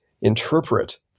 interpret